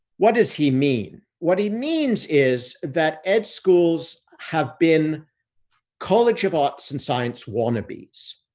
what does he mean? what he means is that ed schools have been college of arts and science wannabes.